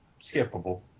skippable